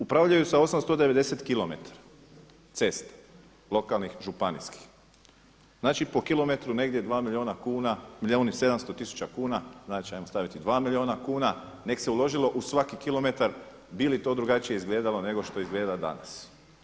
Upravljaju sa 890 kilometara cesta, lokalnih, županijskih, znači po kilometru negdje 2 milijuna kuna, milijun i 700 tisuća kuna, znači 'ajmo staviti 2 milijuna kuna, neka se uložilo u svaki kilometar, bi li to drugačije izgledalo nego što izgleda danas?